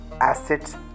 assets